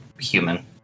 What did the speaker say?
human